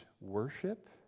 worship